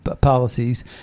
policies